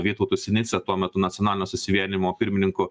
vytautu sinica tuo metu nacionalinio susivienijimo pirmininku